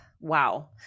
wow